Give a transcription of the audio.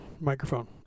microphone